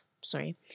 sorry